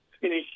finish